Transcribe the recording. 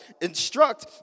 Instruct